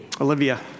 Olivia